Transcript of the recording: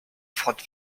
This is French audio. fraude